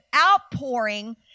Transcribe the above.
outpouring